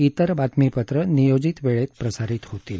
इतर बातमीपत्र नियोजित वेळेत प्रसारित होतील